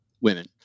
women